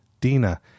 Dina